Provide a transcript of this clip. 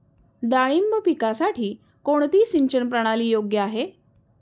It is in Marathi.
डाळिंब पिकासाठी कोणती सिंचन प्रणाली योग्य आहे?